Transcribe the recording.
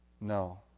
No